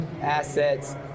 assets